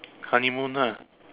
honeymoon ah